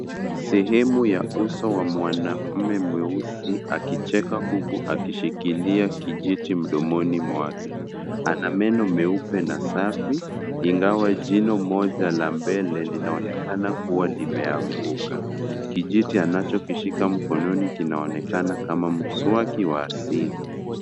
Seheyya uso ya mwanaume mweusi akicheka huku akishikilia kijiti mdomoni mwake. Ana meno meupe na safi ingawa jino moja la mbele linaonekana kuwa limeanguka. Kijiti anachoshiklia mkononi linaonekana kama mswaki wa asili.